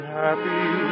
happy